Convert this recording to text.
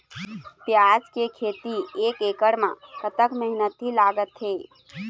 प्याज के खेती एक एकड़ म कतक मेहनती लागथे?